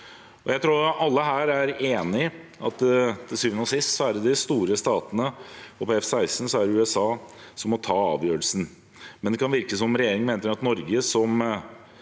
Jeg tror alle her er enige om at det til syvende og sist er de store statene – og for F-16 er det USA – som må ta avgjørelsen, men det kan virke som om regjeringen mener at Norge